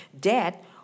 debt